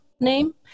Name